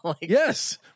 yes